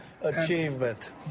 achievement